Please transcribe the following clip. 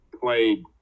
played